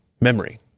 memory